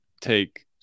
take